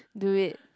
do it